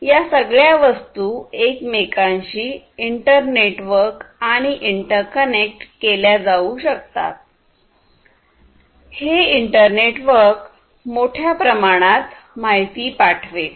या सगळ्या वस्तू एकमेकांशी इंटर नेटवर्क आणि इंटर कनेक्टेड केल्या जाऊ शकतात हे इंटर नेटवर्क मोठ्या प्रमाणात माहिती पाठवेल